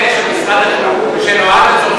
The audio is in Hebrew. מבנה של משרד החינוך שנועד לצורכי ציבור,